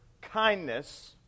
kindness